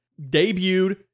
debuted